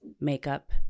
makeup